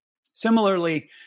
Similarly